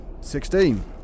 Sixteen